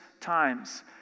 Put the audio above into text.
times